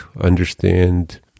Understand